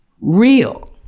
Real